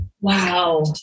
wow